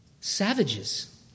Savages